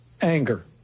anger